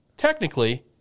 Technically